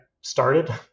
started